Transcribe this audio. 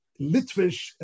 Litvish